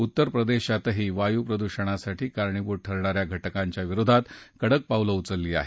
उत्तर प्रदेशातही वायू प्रदूषणास कारणीभूत ठरणा या घटकांविरोधात कडक पावलं उचलली आहेत